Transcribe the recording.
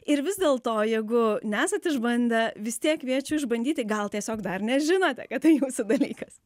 ir vis dėlto jeigu nesat išbandę vis tiek kviečiu išbandyti gal tiesiog dar nežinote kad tai jūsų dalykas